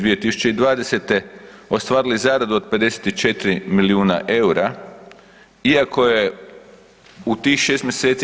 2020. ostvarili zaradu od 54 milijuna eura iako je u tih 6 mj.